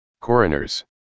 coroners